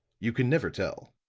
you can never tell.